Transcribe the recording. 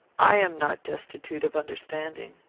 i am not destitute of understanding.